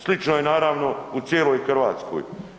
Slično je naravno u cijeloj Hrvatskoj.